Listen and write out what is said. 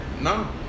No